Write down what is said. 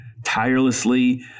tirelessly